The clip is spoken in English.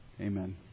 Amen